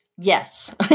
Yes